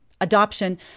adoption